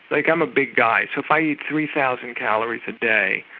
like, i'm a big guy, so if i eat three thousand calories a day,